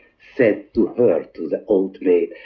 said to to the old maid,